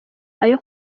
ayo